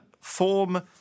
form